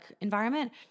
environment